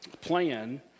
plan